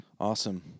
Awesome